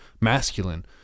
masculine